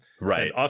Right